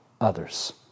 others